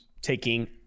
taking